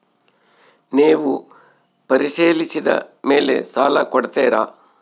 ನೇವು ಪರಿಶೇಲಿಸಿದ ಮೇಲೆ ಸಾಲ ಕೊಡ್ತೇರಾ?